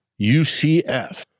ucf